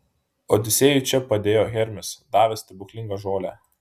odisėjui čia padėjo hermis davęs stebuklingą žolę